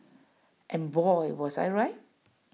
and boy was I right